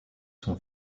son